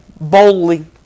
boldly